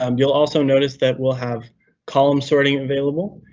um you'll also notice that we'll have column sorting available,